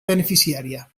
beneficiària